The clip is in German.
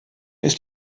ist